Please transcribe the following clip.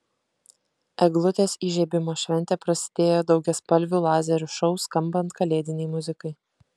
eglutės įžiebimo šventė prasidėjo daugiaspalvių lazerių šou skambant kalėdinei muzikai